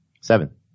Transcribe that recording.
Seven